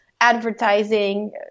advertising